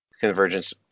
convergence